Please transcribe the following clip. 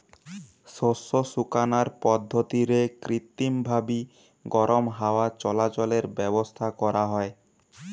শস্য শুকানার পদ্ধতিরে কৃত্রিমভাবি গরম হাওয়া চলাচলের ব্যাবস্থা করা হয়